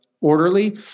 orderly